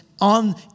On